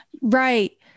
right